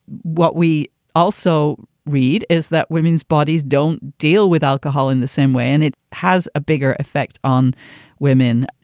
what we also read is that women's bodies don't deal with alcohol in the same way and it has a bigger effect on women.